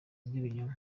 bw’ibinyoma